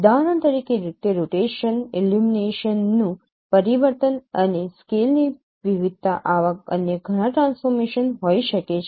ઉદાહરણ તરીકે તે રોટેશન ઇલ્યુમિનેશન્સનું પરિવર્તન અને સ્કેલની વિવિધતા આવા અન્ય ઘણા ટ્રાન્સફોર્મેશન હોય શકે છે